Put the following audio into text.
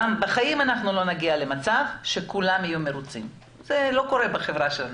אף פעם לא נגיע למצב שכולם יהיו מרוצים זה לא קורה בחברה שלנו,